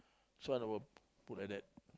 so I will put like that